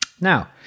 Now